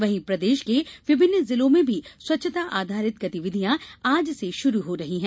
वहीं प्रदेश के विभिन्न जिलों में भी स्वच्छता आधारित गतिविधियां आज से शुरू हो गयी है